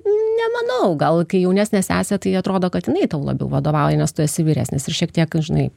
nemanau gal kai jaunesnė sesė tai atrodo kad jinai tau labiau vadovauja nes tu esi vyresnis ir šiek tiek nu žinai